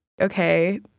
Okay